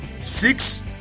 six